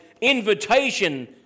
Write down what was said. invitation